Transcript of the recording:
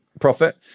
profit